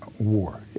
war